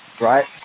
Right